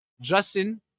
Justin